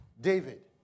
David